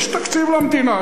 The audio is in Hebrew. יש תקציב למדינה,